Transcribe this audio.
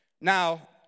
Now